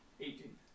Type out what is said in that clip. eighteen